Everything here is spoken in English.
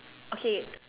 okay